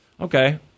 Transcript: Okay